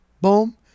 Boom